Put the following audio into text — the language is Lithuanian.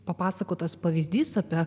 papasakotas pavyzdys apie